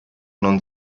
non